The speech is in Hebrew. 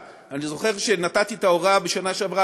אני זוכר שכשנתתי את ההוראה בשנה שעברה